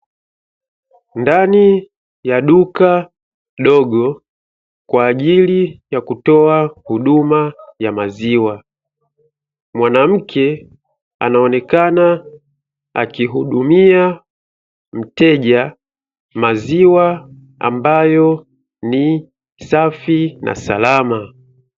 Ndani ya duka dogo kwa ajili ya kutoa huduma ya maziwa mwanamke anaonekana akihudumia mteja maziwa ambayo ni safi na salama.